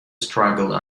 struggle